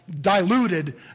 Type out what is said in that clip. diluted